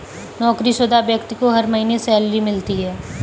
नौकरीशुदा व्यक्ति को हर महीने सैलरी मिलती है